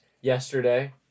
Yesterday